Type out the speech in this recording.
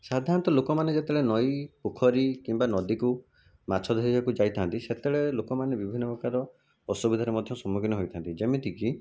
ସାଧାରଣତଃ ଲୋକମାନେ ଯେତେବେଳେ ନଈ ପୋଖରୀ କିମ୍ବା ନଦୀକୁ ମାଛ ଧରିବାକୁ ଯାଇଥାନ୍ତି ସେତେବେଳେ ଲୋକମାନେ ବିଭିନ୍ନ ପ୍ରକାର ଅସୁବିଧାରେ ମଧ୍ୟ ସମ୍ମୁଖୀନ ହୋଇଥାନ୍ତି ଯେମିତି କି